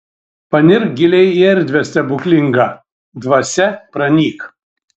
panirk giliai į erdvę stebuklingą dvasia pranyk